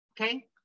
okay